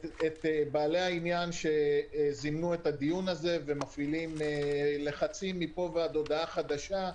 את בעלי העניין שזימנו את הדיון הזה ומפעילים לחצים מפה ועד הודעה חדשה,